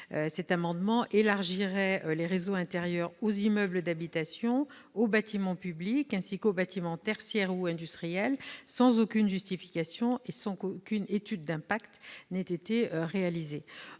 les mesures prévues au titre des réseaux intérieurs aux immeubles d'habitation et aux bâtiments publics, ainsi qu'aux bâtiments tertiaires ou industriels, sans aucune justification et sans qu'aucune étude d'impact ait été réalisée.